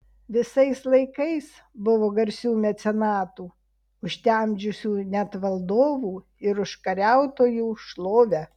visais laikais buvo garsių mecenatų užtemdžiusių net valdovų ir užkariautojų šlovę